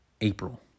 April